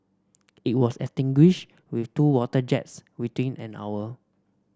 it was extinguished with two water jets within an hour